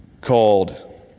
called